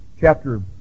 chapter